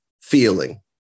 feeling